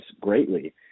greatly